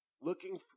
looking